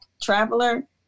traveler